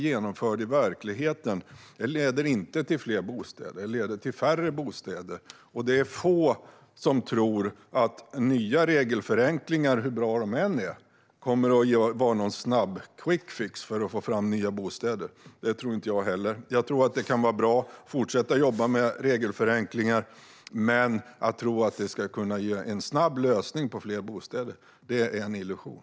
Genomförs den i verkligheten leder det inte till fler utan färre bostäder. Det är få som tror att nya regelförenklingar, hur bra de än är, kommer att vara en quickfix för att få fram nya bostäder. Det tror inte jag heller. Det är bra att fortsätta att jobba med regelförenklingar, men att det är en snabb lösning för fler bostäder är en illusion.